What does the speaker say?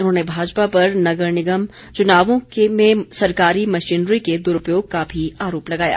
उन्होंने भाजपा पर नगर निगम चुनावों में सरकारी मशीनरी के दुरूपयोग का भी आरोप लगाया